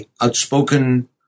outspoken